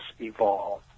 evolve